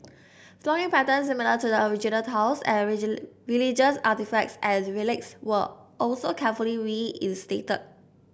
flooring patterns similar to the original tiles and religious artefacts and relics were also carefully reinstated